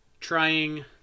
trying